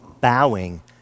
bowing